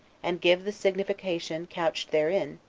and give the signification couched therein,